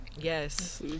Yes